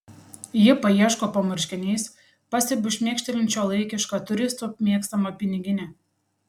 ji paieško po marškiniais pastebiu šmėkštelint šiuolaikišką turistų mėgstamą piniginę